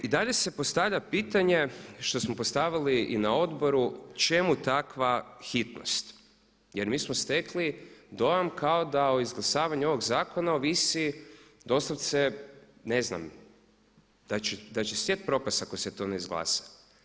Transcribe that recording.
I dalje se postavlja pitanje što smo postavili i na odboru čemu takva hitnost, jer mi smo stekli dojam kao da o izglasavanju ovog zakona ovisi doslovce ne znam da će svijet propast ako se to ne izglasa.